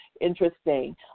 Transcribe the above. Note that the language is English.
interesting